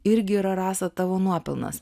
irgi yra rasa tavo nuopelnas